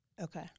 Okay